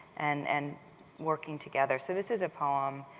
and and working together. so this is a poem,